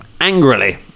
angrily